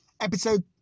Episode